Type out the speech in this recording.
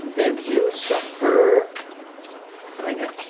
and you suffer sing it.